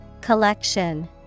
Collection